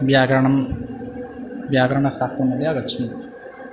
व्याकरणं व्याकरणशास्त्र मध्ये आगच्छन्ति